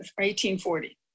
1840